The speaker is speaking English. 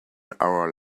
our